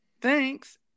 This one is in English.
thanks